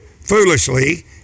foolishly